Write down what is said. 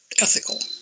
ethical